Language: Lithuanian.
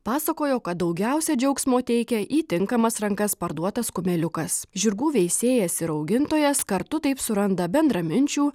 pasakojo kad daugiausia džiaugsmo teikia į tinkamas rankas parduotas kumeliukas žirgų veisėjas ir augintojas kartu taip suranda bendraminčių